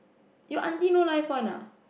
your aunty no life one ah